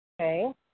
Okay